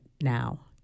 now